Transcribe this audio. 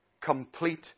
complete